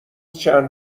چند